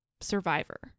survivor